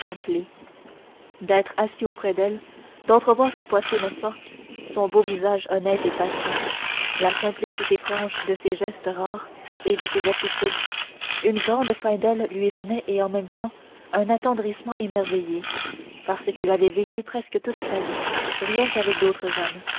d'être assis auprès d'elle d'entrevoir sa poitrine forte son beau visage honnête et patient la simplicité franche de ses gestes rares et de ses attitudes une grande faim d'elle lui venait et en même temps un attendrissement émerveillé parce qu'il avait vécu presque toute sa vie rien qu'avec d'autres hommes